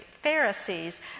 Pharisees